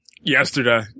Yesterday